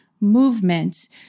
movement